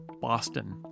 Boston